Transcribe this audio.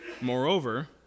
moreover